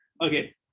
okay